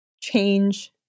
change